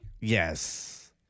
Yes